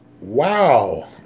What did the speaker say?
Wow